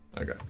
Okay